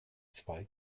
zwei